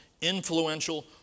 influential